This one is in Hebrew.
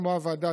כמו הוועדה,